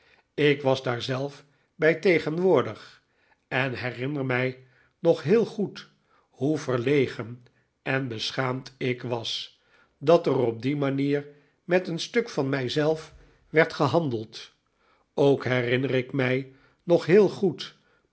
ik was daar zelf bij tegenwoordig en herinner mij nog heel goed hoe verlegen en beschaamd ik was dat er op die manier met een stuk van mij zelf werd gehandeld ook herinner ik mij nog heel goed